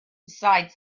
besides